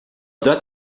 that